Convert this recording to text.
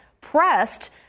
pressed